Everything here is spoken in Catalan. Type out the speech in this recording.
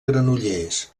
granollers